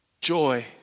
joy